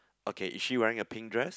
okay is she wearing a pink dress